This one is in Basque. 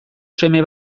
seme